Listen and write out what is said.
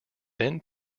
then